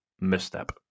misstep